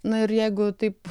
na ir jeigu taip